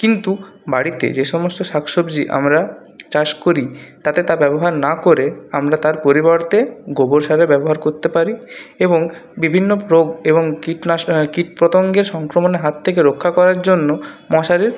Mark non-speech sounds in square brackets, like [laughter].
কিন্তু বাড়িতে যে সমস্ত শাকসবজি আমরা চাষ করি তাতে তা ব্যবহার না করে আমরা তার পরিবর্তে গোবর সারের ব্যবহার করতে পারি এবং বিভিন্ন [unintelligible] এবং কীটনাশক কীটপতঙ্গের সংক্রমণের হাত থেকে রক্ষা করার জন্য মশারির